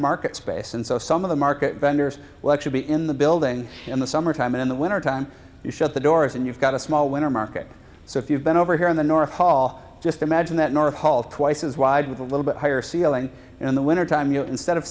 market space and so some of the market vendors will actually be in the building in the summertime in the wintertime you shut the doors and you've got a small winter market so if you've been over here in the north hall just imagine that north hall twice as wide with a little bit higher ceiling in the wintertime you know instead of